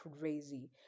crazy